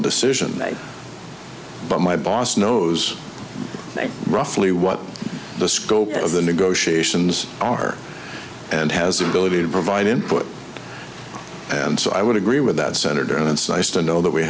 decision but my boss knows roughly what the scope of the negotiations are and has the ability to provide input and so i would agree with that senator and it's nice to know that we